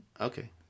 Okay